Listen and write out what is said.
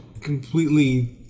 completely